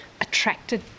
attracted